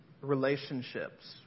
relationships